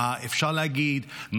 מה אפשר להגיד,